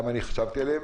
גם אני חשבתי עליהם.